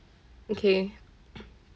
okay